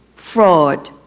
fraud.